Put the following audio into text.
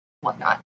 whatnot